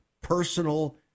personal